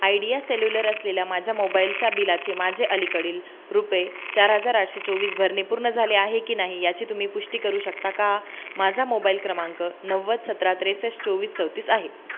idea cellular असलेल्या माझ्या मोबाईलच्या बिलाचे माझे अलीकडील रुपये चार हजार आठशे चोवीस भरणे पूर्ण झाले आहे की नाही याची तुम्ही पुष्टी करू शकता का माझा मोबाईल क्रमांक नव्वद सतरा त्रेसष्ट चोवीस चौतीस आहे